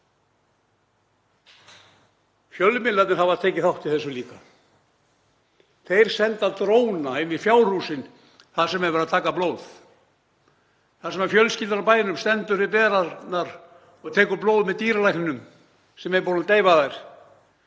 Fjölmiðlarnir hafa tekið þátt í þessu líka. Þeir senda dróna inn í fjárhúsin þar sem er verið að taka blóð, þar sem fjölskyldan á bænum stendur við merarnar og tekur blóð með dýralækninum sem er búinn að deyfa þær.